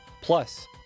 plus